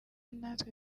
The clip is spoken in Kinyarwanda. natwe